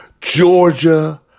Georgia